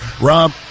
Rob